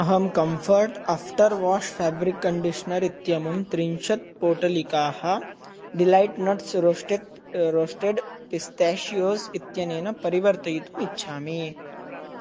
अहं comfort after wash fabric conditioner इत्यं त्रिंशत् पोटलिकाः delight nuts roasted roasted pistachios इत्यनेन परिवर्तयितुम् इच्छामि